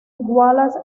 wallace